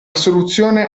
soluzione